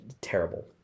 terrible